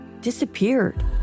disappeared